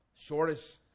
Shortest